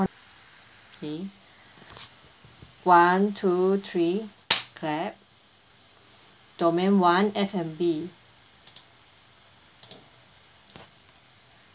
okay one two three clap domain one F&B